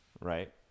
right